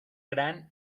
gran